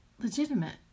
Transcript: legitimate